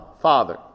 Father